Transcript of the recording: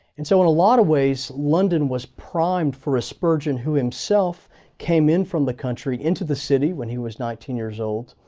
and so in a lot of ways, london was primed for a spurgeon, who himself came in from the country into the city when he was nineteen years old,